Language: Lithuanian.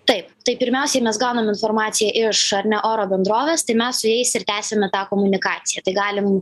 taip tai pirmiausiai mes gaunam informaciją iš ar ne oro bendrovės tai mes su jais ir tęsiame tą komunikaciją tai galim